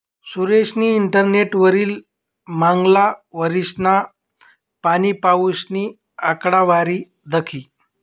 सुरेशनी इंटरनेटवरी मांगला वरीसना पाणीपाऊसनी आकडावारी दखी